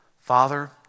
Father